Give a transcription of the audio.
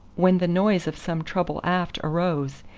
when the noise of some trouble aft arose,